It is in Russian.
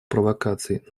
провокаций